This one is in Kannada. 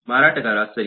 ಮಾರಾಟಗಾರ ಸರಿ